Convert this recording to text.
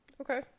Okay